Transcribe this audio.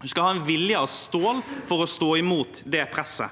Man skal ha en vilje av stål for å stå imot det presset.